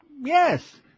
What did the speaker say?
Yes